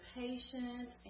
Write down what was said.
patient